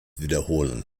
wiederholen